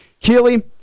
keely